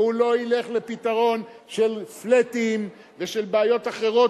והוא לא ילך לפתרון של "פלאטים" ושל בעיות אחרות,